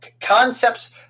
concepts